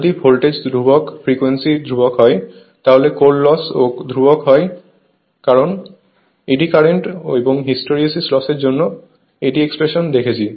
যদি ভোল্টেজ ধ্রুবক ফ্রিকোয়েন্সি ধ্রুবক হয় তাহলে কোর লস ও ধ্রুবক হয় কারণ আমরা এডি কারেন্ট এবং হিস্টেরেসিস লসের জন্য এডি এক্সপ্রেশন দেখেছি